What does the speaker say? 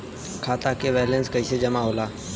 खाता के वैंलेस कइसे जमा होला?